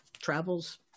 travels